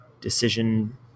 decision